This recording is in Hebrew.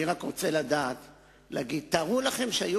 אני רק רוצה להגיד: תארו לכם שהיו